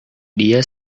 dia